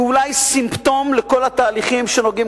שהוא אולי סימפטום של כל התהליכים שנוגעים